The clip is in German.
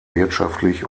wirtschaftlich